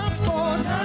sports